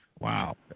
Wow